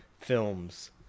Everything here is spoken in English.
films